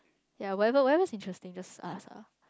ya whatever whatever's interesting just ask lah